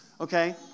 Okay